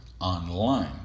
online